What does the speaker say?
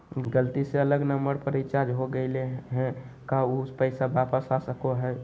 गलती से अलग नंबर पर रिचार्ज हो गेलै है का ऊ पैसा वापस आ सको है?